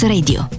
Radio